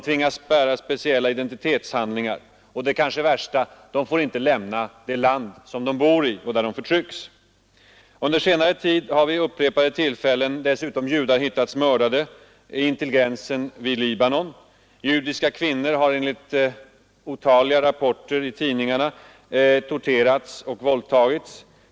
De tvingas bära speciella identitetshandlingar. Och det kanske värsta: De får inte lämna det land som de bor i och där de förtrycks. Under senare tid har vid upprepade tillfällen dessutom judar hittats mördade invid gränsen till Libanon. Judiska kvinnor har enligt otaliga rapporter i tidningarna torterats och våldtagits.